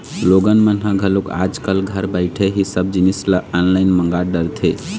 लोगन मन ह घलोक आज कल घर बइठे ही सब जिनिस ल ऑनलाईन मंगा डरथे